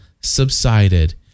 subsided